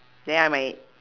then I might